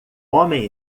homem